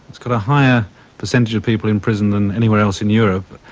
it's got a higher percentage of people in prison than anywhere else in europe,